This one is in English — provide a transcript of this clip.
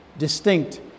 Distinct